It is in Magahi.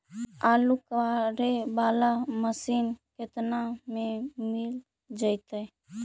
आलू कबाड़े बाला मशीन केतना में मिल जइतै?